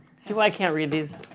see why i can't read these?